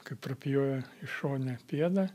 kai prapjovė šone pėdą